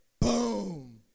Boom